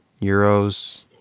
euros